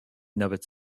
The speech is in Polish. nawet